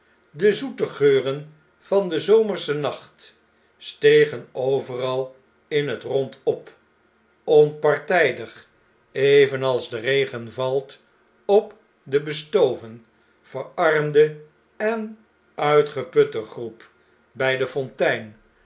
de zoete geuren van den zomerschen nacht stegen overal in het rond op onpartjjdig evenals de regen valt op de bestoven verarmende en uitgeputte groep bij de fontein